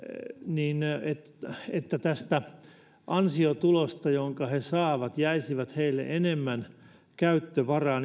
niin kaksi tällaista isoa kokonaisuutta on niin että tästä ansiotulosta jonka he saavat jäisi heille enemmän käyttövaraa